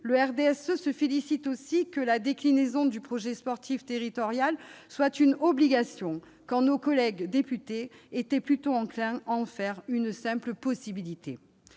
le RDSE se félicite que la déclinaison du projet sportif territorial soit une obligation, quand nos collègues députés étaient plutôt enclins à en faire une simple possibilité.